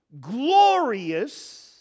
glorious